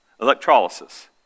Electrolysis